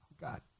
God